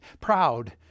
Proud